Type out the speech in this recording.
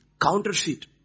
Counterfeit